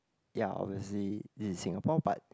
ya obviously this is Singapore but